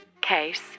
case